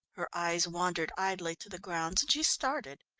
her eyes wandered idly to the grounds and she started.